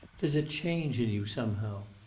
there's a change in you, somehow.